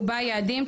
ובה יעדים,